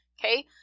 Okay